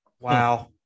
Wow